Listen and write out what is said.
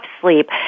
sleep